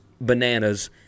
bananas